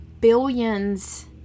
billions